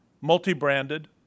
multi-branded